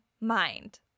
mind